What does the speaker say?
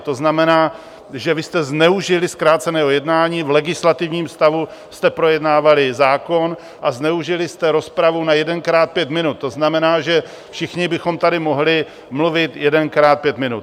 To znamená, že vy jste zneužili zkráceného jednání, v legislativním stavu jste projednávali zákon a zneužili jste rozpravu na jedenkrát pět minut, to znamená, že všichni bychom tady mohli mluvit jedenkrát pět minut.